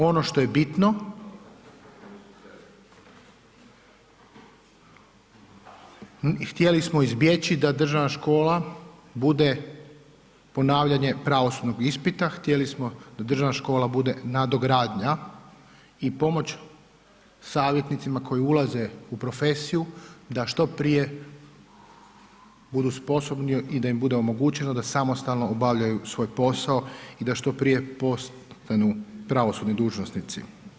Ono što je bitno htjeli smo izbjeći da državna škola bude ponavljanje pravosudnog ispita, htjeli smo da državna škola bude nadogradnja i pomoć savjetnicima koji ulaze u profesiju da što prije budu sposobni i da im bude omogućeno da samostalno obavljaju svoj posao i da što prije postanu pravosudni dužnosnici.